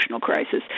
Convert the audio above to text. crisis